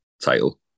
title